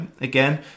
again